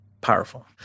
powerful